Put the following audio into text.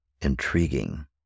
intriguing